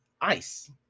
ICE